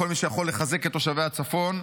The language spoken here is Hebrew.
לכל מי שיכול לחזק את תושבי הצפון,